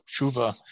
tshuva